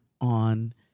on